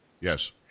Yes